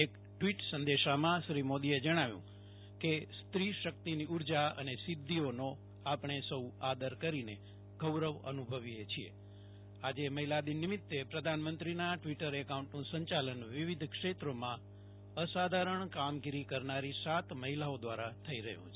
એક ટ્વીટ સંદેશામાં શ્રી મોદીએ જણાવ્યુ કે સ્ત્રીશક્તિની ઉર્જા અને સિધ્ધિઓનો આપણે સૌ આદર કરીને ગૌરવ અનુભવીએ છીએ આજે મહિલા દિન નિમિતે પ્રધાનમંત્રીના ટ્વીટર એકાઉન્ટનું સંચાલન વિવિધ ક્ષેત્રોમાં અસાધારણ કામગીરી કરનારી સાત મહિલાઓ દ્રારા થઈ રહ્યુ છે